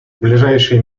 ближайшие